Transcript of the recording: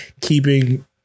keeping